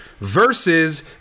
versus